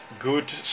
good